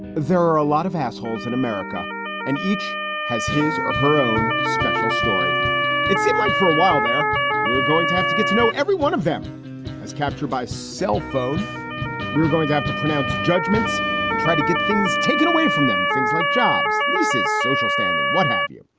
there are a lot of assholes in america and each has his or her own special story it seemed like for a while there were going to have to get to know every one of them as captured by cell phone. we were going to have to pronounce judgments and try to get things taken away from them things like jobs, lease's social standing. what have you.